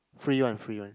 free one free one